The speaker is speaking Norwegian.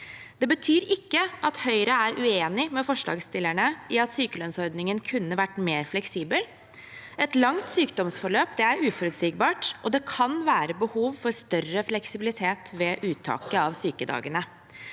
Det betyr ikke at Høyre er uenig med forslagsstillerne i at sykelønnsordningen kunne vært mer fleksibel. Et langt sykdomsforløp er uforutsigbart, og det kan være behov for større fleksibilitet ved uttaket av sykedagene.